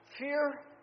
fear